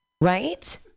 right